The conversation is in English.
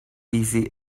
easy